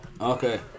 Okay